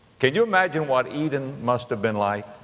can you imagine what eden must have been like?